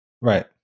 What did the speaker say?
Right